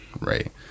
right